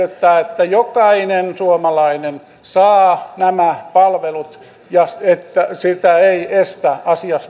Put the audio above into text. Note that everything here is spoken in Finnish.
edellyttää että jokainen suomalainen saa nämä palvelut ja että sitä ei estä